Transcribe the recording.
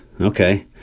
Okay